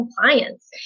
compliance